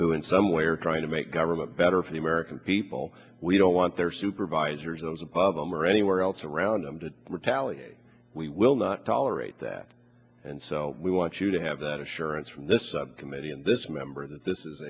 who in some way are trying to make government better for the american people we don't want their supervisors those above them or anywhere else around them to retaliate we will not tolerate that and so we want you to have that assurance from this committee and this member that this is